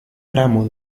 tramo